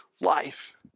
life